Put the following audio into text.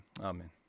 Amen